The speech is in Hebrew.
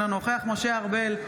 אינו נוכח משה ארבל,